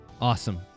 Awesome